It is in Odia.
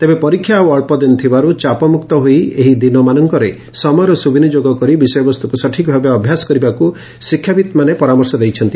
ତେବେ ପରୀକ୍ଷା ଆଉ ଅକ୍ବଦିନ ଥିବାର୍ ଚାପମ୍ପକ୍ତ ହୋଇ ଏହିଦିନମାନଙ୍କରେ ସମୟର ସୁବିନିଯୋଗ କରି ବିଷୟବସ୍ତୁକୁ ସଠିକ୍ ଭାବେ ଅଭ୍ୟାସ କରିବାକୁ ଶିକ୍ଷାବିତ୍ମାନେ ପରାମର୍ଶ ଦେଇଛନ୍ତି